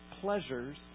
pleasures